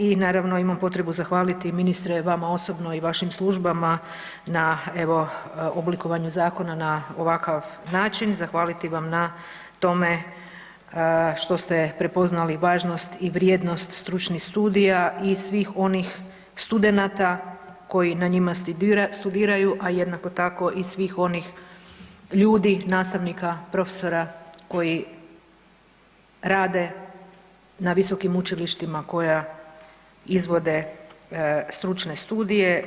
I naravno imam potrebu zahvaliti ministre vama osobno i vašim službama na evo oblikovanju zakona na ovakav način, zahvaliti vam na tome što ste prepoznali važnost i vrijednost stručnih studija i svih onih studenata koji na njima studiraju, a jednako tako i svih onih ljudi, nastavnika, profesora koji rade na visokim učilištima koja izvode stručne studije.